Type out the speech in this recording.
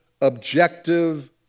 objective